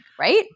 Right